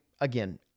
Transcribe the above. Again